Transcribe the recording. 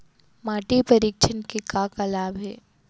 माटी परीक्षण के का का लाभ हे?